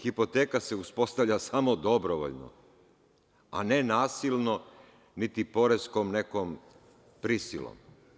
Hipoteka se uspostavlja samo dobrovoljno, a ne nasilno niti poreskom nekom prisilom.